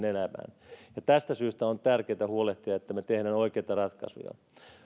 elämään tästä syystä on tärkeätä huolehtia että me teemme oikeita ratkaisuja